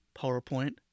PowerPoint